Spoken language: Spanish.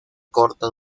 corta